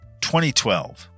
2012